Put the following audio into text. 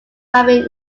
having